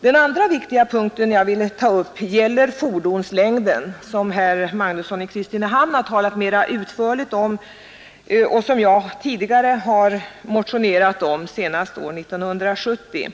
Den andra viktiga punkt som jag vill ta upp gäller fordonslängden, som herr Magnusson i Kristinehamn har talat mera utförligt om. Jag har tidigare motionerat i den frågan, senast år 1970.